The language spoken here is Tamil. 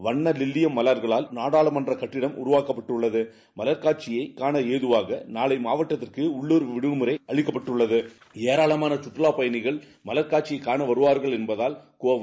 வண்ண வில்லியம் மலர்களால் நாடாளுமன்ற கட்டடம் உருவாக்கப்பட்டுள்ளது மலர் காட்சியை காணஏதுவாக நாளை மாவட்டத்திற்கு உள்ளூர் விடுமுறை அறிவிக்கப்பட்டுள்ளது ஏராளமான கற்றவாப் பயணிகள் மலர் காட்சியை காண வருவார்கள் என்பதால் கோவை